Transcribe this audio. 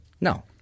No